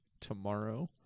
tomorrow